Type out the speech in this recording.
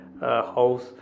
house